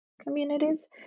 Communities